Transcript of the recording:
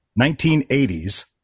1980s